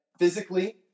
Physically